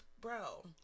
Bro